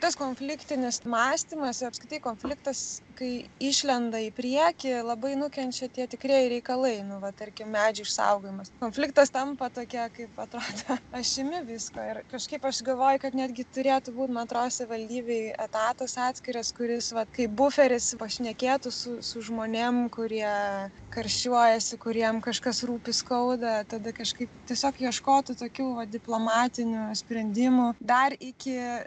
tas konfliktinis mąstymas ir apskritai konfliktas kai išlenda į priekį labai nukenčia tie tikrieji reikalai nu va tarkim medžių išsaugojimas konfliktas tampa tokia kaip atrodo ašimi visko ir kažkaip aš galvoju kad netgi turėtų būt man atrodo savivaldybėj etatas atskiras kuris vat kaip buferis pašnekėtų su su žmonėm kurie karščiuojasi kuriem kažkas rūpi skauda tada kažkaip tiesiog ieškotų tokių va diplomatinių sprendimų dar iki